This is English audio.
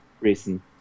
reason